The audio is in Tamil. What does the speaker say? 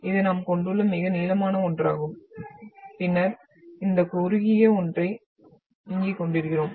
இது நாம் கொண்டுள்ள மிக நீளமான ஒன்றாகும் பின்னர் இந்த குறுகிய ஒன்றை இங்கே கொண்டிருக்கிறோம்